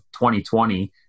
2020